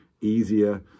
easier